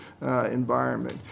environment